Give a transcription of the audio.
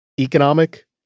economic